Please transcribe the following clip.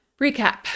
recap